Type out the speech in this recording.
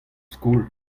skol